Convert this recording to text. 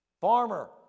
Farmer